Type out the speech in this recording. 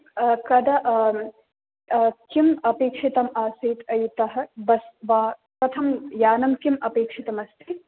कदा किम् अपेक्षितम् आसीत् इतः बस् वा कथं यानं किम् आपेक्षितं अस्ति